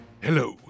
Hello